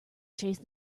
chased